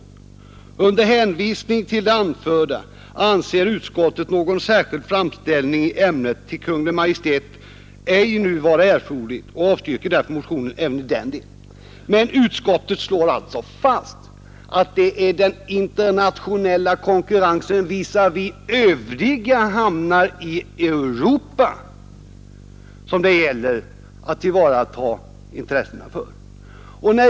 Under hänvisning till det anförda anser utskottet någon särskild framställning i ämnet till Kungl. Maj:t ej nu vara erforderlig och avstyrker därför motionen även i denna del.” Utskottet slår alltså fast att det är för den internationella konkurrensen visavi övriga hamnar i Europa som det gäller att tillvarata intressena.